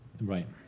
Right